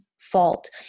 fault